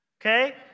okay